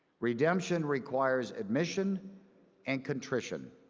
redemption requires admission and contrition.